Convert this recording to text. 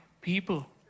people